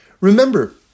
Remember